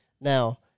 Now